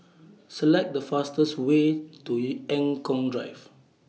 Select The fastest Way to Eng Kong Drive